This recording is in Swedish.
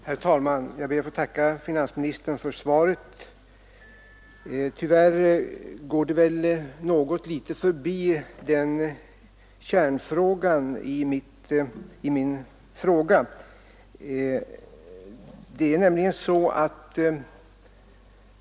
Herr talman! Jag ber att få tacka finansministern för svaret. Tyvärr går det väl i någon mån förbi kärnpunkten i min fråga.